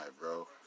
bro